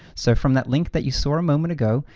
so from that link that you saw a moment ago,